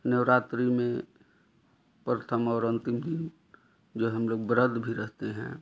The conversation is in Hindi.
नवरात्रि में प्रथम और अंतिम दिन जो है हम लोग व्रत भी रहते हैं